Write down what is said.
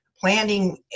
planning